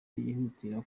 yihutira